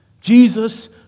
Jesus